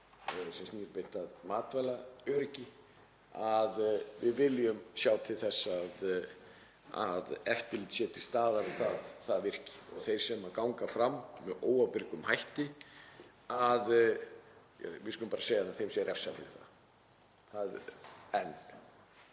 sem snúa beint að matvælaöryggi að við viljum sjá til þess að eftirlitið sé til staðar og það virki og þeir sem ganga fram með óábyrgum hætti, við skulum bara segja að þeim sé refsað fyrir það. Hins